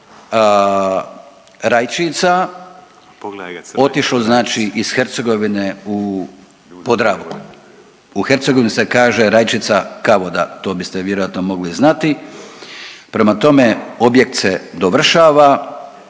otišlo znači iz Hercegovine u Podravku, u Hercegovini se kaže rajčica kavoda, to biste vjerojatno mogli znati. Prema tome, objekt se dovršava